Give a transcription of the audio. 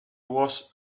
was